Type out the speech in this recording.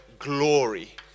Glory